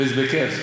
בכיף.